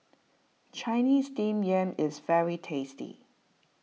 Chinese Steamed Yam is very tasty